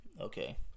okay